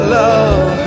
love